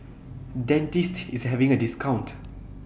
Dentiste IS having A discount